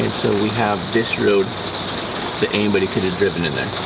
and so we have this road that anybody could've driven in there.